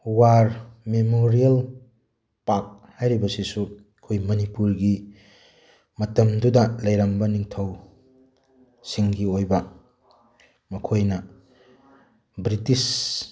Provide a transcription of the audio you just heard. war memorial ꯄꯥꯛ ꯍꯥꯏꯔꯤꯕ ꯑꯁꯤꯁꯨ ꯑꯩꯈꯣꯏ ꯃꯅꯤꯄꯨꯔꯒꯤ ꯃꯇꯝꯗꯨꯗ ꯂꯩꯔꯝꯕ ꯅꯤꯡꯊꯧ ꯁꯤꯡꯒꯤ ꯑꯣꯏꯕ ꯃꯈꯣꯏꯅ ꯕ꯭ꯔꯤꯇꯤꯁ